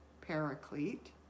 paraclete